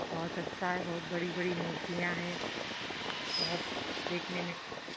बहुत अच्छा है बहुत बड़ी बड़ी मूर्तियाँ हैं बहुत देखने में बहुत अच्छा